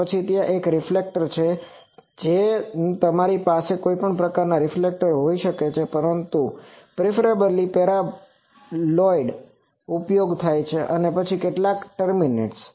પછી ત્યાં એક રીફ્લેકટર છે જેમ તમારી પાસે કોઈપણ પ્રકારનાં રીફ્લેકટર હોઈ શકે છે પરંતુ પ્રેફ્રેબ્લી પેરાબોલિઇડ્સનો ઉપયોગ થાય છે અને પછી કેટલાક ટર્મીનેટર્સ